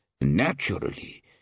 Naturally